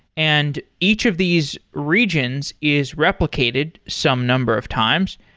and each of these regions is replicated some number of times.